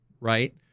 right